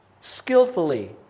skillfully